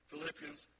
Philippians